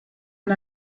and